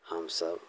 हम सब